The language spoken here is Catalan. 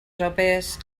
sopes